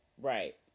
Right